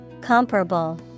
Comparable